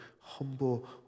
humble